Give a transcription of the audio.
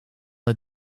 het